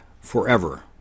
forever